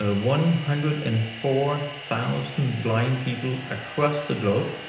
ah one hundred and four thousand blind people across the globe.